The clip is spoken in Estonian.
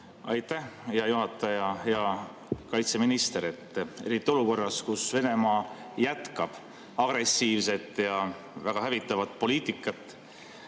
Aitäh, hea juhataja! Hea kaitseminister! Eriti olukorras, kus Venemaa jätkab agressiivset ja väga hävitavat poliitikat,